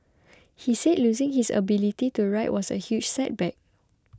he said losing his ability to write was a huge setback